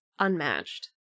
unmatched